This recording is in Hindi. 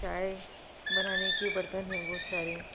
चाय बनाने के बर्तन हैं बहुत सारे